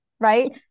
right